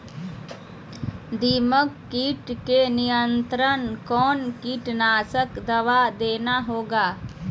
दीमक किट के नियंत्रण कौन कीटनाशक दवा देना होगा?